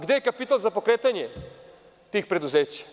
Gde je kapital za pokretanje tih preduzeća?